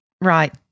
Right